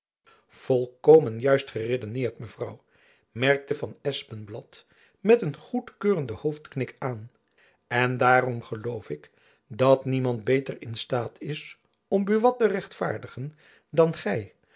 volkomen juist geredeneerd mevrouw merkte van espenblad met een goedkeurenden hoofdknik aan en daarom geloof ik dat niemand beter in staat is om buat te rechtvaardigen dan gy